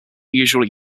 usually